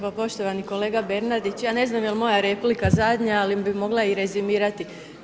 Pa poštovani kolega Bernardić, ja ne znam jel' moja replika zadnja, ali bi mogla i rezimirati.